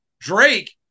Drake